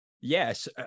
Yes